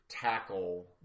tackle